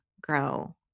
grow